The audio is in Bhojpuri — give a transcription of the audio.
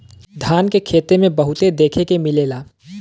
धान के खेते में बहुते देखे के मिलेला